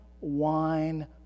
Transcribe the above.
wine